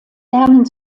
lernen